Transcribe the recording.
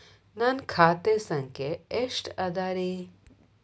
ನನ್ನ ಖಾತೆ ಸಂಖ್ಯೆ ಎಷ್ಟ ಅದರಿ?